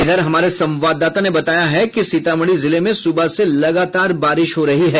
इधर हमारे संवाददाता ने बताया कि सीतामढ़ी जिले में सुबह से लगातार बारिश हो रही है